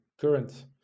current